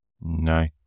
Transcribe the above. no